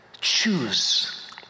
choose